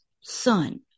Son